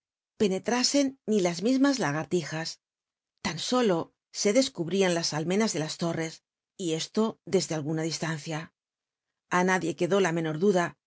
penclmsen ni las mismas lagarlija lan solo e dc cubrian las almenas de la torres y e lo tlcstle alguna distancia a naelie quedó la menor duda